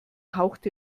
haucht